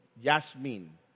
Yasmin